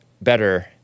better